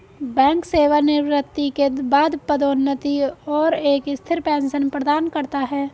bank सेवानिवृत्ति के बाद पदोन्नति और एक स्थिर पेंशन प्रदान करता है